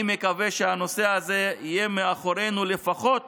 אני מקווה שהנושא הזה יהיה מאחורינו, לפחות